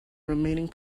remaining